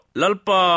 lalpa